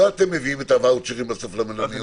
לא אתם מביאים את הוואוצ'רים בסוף למלוניות.